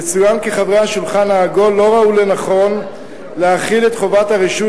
יצוין כי חברי השולחן העגול לא ראו לנכון להחיל את חובת הרישוי